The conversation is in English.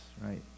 right